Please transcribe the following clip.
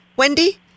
Wendy